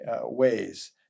ways